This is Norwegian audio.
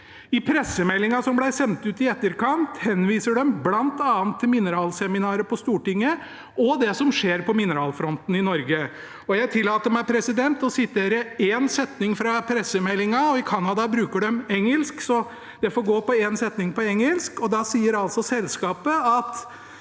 I pressemeldingen som ble sendt ut i etterkant, henviser de bl.a. til mineralseminaret på Stortinget og det som skjer på mineralfronten i Norge. Jeg tillater meg å sitere én setning fra pressemeldingen, og i Canada bruker de engelsk, så det får bli en setning på engelsk. Selskapet